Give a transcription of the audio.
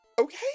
Okay